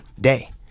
day